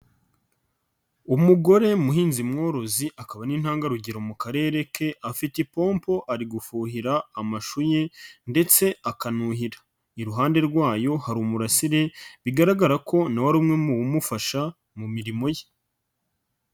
Umugore muhinzi mworozi akaba ari intangarugero mu karere ke, afite ipompo ari gufuhira amashu ye ndetse akanuhira iruhande rwayo. Hari umurasire bigaragara ko nawe ari umwe mu wumufasha mu mirimo ye.